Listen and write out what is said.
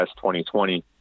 2020